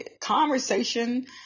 Conversation